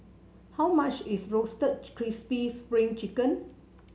how much is Roasted Crispy Spring Chicken